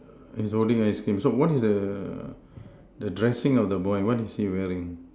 he's holding ice cream so what is the the dressing of the boy what is he wearing